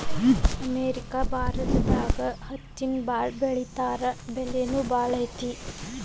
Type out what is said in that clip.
America ಭಾರತದಾಗ ಹತ್ತಿನ ಬಾಳ ಬೆಳಿತಾರಾ ಬೆಲಿನು ಬಾಳ ಐತಿ